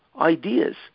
ideas